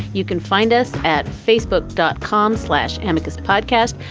you can find us at facebook dot com slash amita's podcast.